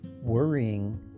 Worrying